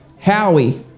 Howie